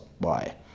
Bye